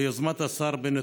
ביוזמת השר בנט,